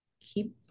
keep